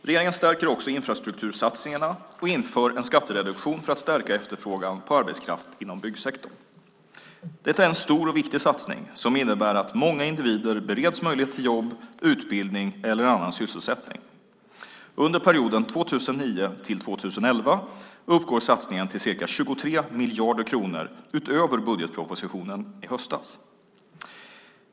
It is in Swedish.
Regeringen stärker också infrastruktursatsningarna och inför en skattereduktion för att stärka efterfrågan på arbetskraft inom byggsektorn. Detta är en stor och viktig satsning som innebär att många individer bereds möjlighet till jobb, utbildning eller annan sysselsättning. Under perioden 2009-2011 uppgår satsningen till ca 23 miljarder kronor utöver budgetpropositionen i höstas.